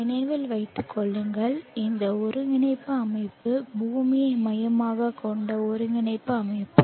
நினைவில் வைத்து கொள்ளுங்கள் இந்த ஒருங்கிணைப்பு அமைப்பு பூமியை மையமாகக் கொண்ட ஒருங்கிணைப்பு அமைப்பு